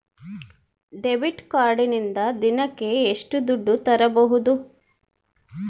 Debit ಕಾರ್ಡಿನಿಂದ ದಿನಕ್ಕ ಎಷ್ಟು ದುಡ್ಡು ತಗಿಬಹುದು?